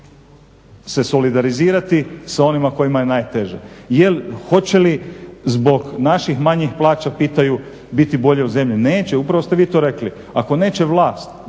se solidarizirati sa onima kojima je najteže. Hoće li zbog naših manjih plaća, pitaju, biti bolje u zemlji. Neće, upravo ste vi to rekli. Ako neće vlast